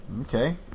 Okay